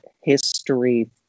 history